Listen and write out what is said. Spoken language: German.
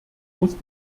muss